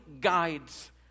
guides